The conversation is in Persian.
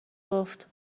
گفت